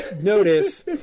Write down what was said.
notice